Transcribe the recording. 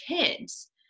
kids